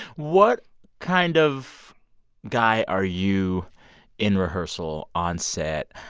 what kind of guy are you in rehearsal, on set?